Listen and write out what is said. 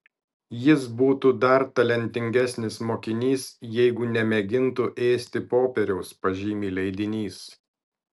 jis būtų dar talentingesnis mokinys jeigu nemėgintų ėsti popieriaus pažymi leidinys